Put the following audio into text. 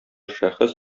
шәхес